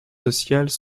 sociales